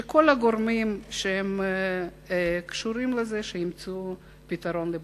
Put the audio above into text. שכל הגורמים שקשורים לזה ימצאו פתרון לבעיה.